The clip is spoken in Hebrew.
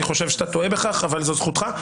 אני חושב שאתה טועה בכך, אבל זו זכותך.